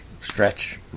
stretch